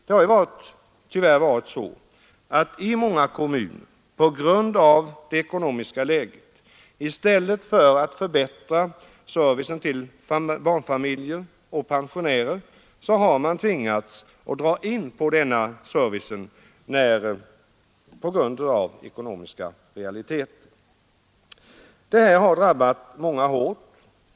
Det har tyvärr varit så att man i många kommuner på grund av det ekonomiska läget har tvingats dra in på servicen till barnfamiljer och pensionärer i stället för att förbättra den. Det här har drabbat många hårt.